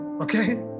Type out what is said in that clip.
Okay